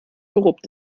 korrupt